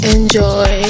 Enjoy